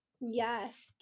Yes